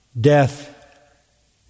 death